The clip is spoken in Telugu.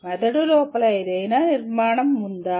మెదడు లోపల ఏదైనా నిర్మాణం ఉందా